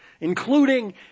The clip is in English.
including